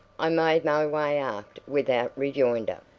i made my way aft without rejoinder.